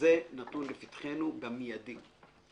וזה נתון לפתחנו מיידית.